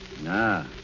No